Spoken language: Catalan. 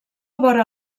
vora